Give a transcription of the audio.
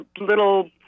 little